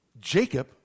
Jacob